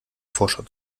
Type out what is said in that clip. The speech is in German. forscher